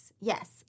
yes